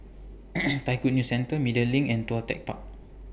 Thai Good News Centre Media LINK and Tuas Tech Park